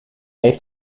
heeft